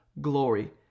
glory